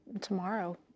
tomorrow